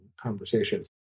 conversations